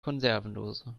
konservendose